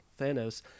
Thanos